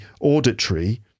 auditory